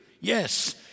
Yes